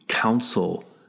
counsel